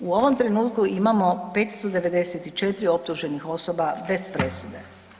U ovom trenutku imamo 594 optuženih osoba bez presude.